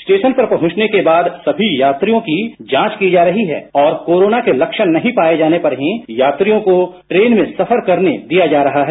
station पर पहुंचने के बाद सभी यात्रियों की जांच की जा रही है और कोरोना के लक्षण नहीं पाये जाने पर ही यात्रियों को ट्रेन में सफर करने दिया जा रहा है